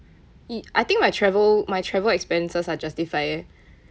I think my travel my travel expenses are justified